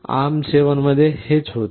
ARM 7 मध्ये हेच होते